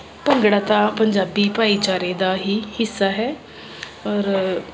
ਭੰਗੜਾ ਤਾਂ ਪੰਜਾਬੀ ਭਾਈਚਾਰੇ ਦਾ ਹੀ ਹਿੱਸਾ ਹੈ ਔਰ